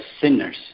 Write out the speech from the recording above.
sinners